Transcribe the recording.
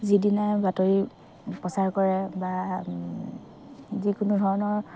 যিদিনা বাতৰি প্ৰচাৰ কৰে বা যিকোনো ধৰণৰ